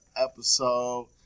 episode